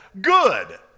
good